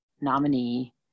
nominee